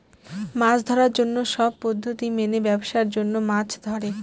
মাছ ধরার জন্য সব পদ্ধতি মেনে ব্যাবসার জন্য মাছ ধরে